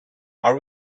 are